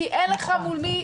כי אין לך מול מי